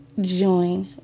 join